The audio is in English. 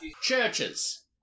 Churches